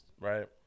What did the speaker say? right